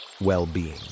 well-being